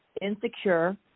insecure